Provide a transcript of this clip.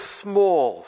small